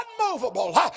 unmovable